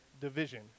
division